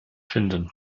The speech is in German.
finden